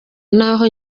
naho